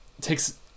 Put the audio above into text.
takes